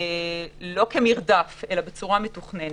כלומר, לא כמרדף אלא בצורה מתוכננת.